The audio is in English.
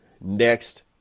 next